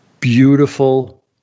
Beautiful